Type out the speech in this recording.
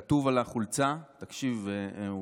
כתוב על החולצה, תקשיב אוריאל,